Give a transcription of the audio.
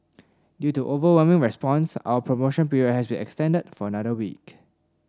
due to overwhelming response our promotion period has been extended for another week